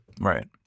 Right